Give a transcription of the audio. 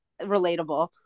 relatable